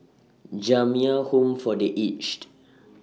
Jamiyah Home For The Aged